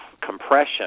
compression